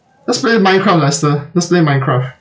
let's play minecraft lester let's play minecraft